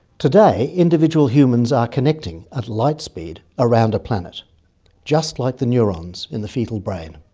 today individual humans are connecting, at lightspeed, around a planet just like the neurons in the foetal brain.